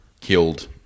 killed